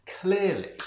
clearly